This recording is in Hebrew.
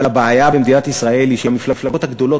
אבל הבעיה במדינת ישראל היא שהמפלגות הגדולות